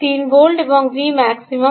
min 3 V